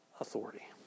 authority